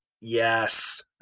yes